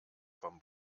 vom